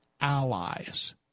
allies